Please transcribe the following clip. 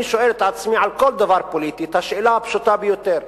אני שואל את עצמי על כל דבר פוליטי את השאלה הפשוטה ביותר: